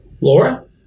Laura